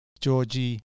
Georgie